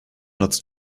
nutzt